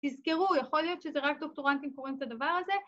‫תזכרו, יכול להיות שזה רק ‫דוקטורנטים קוראים את הדבר הזה.